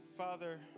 Father